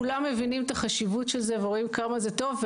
כולם מבינים את החשיבות של זה ורואים כמה זה טוב.